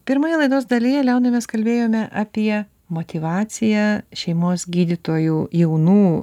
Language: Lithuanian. pirmoje laidos dalyje leonai mes kalbėjome apie motyvaciją šeimos gydytojų jaunų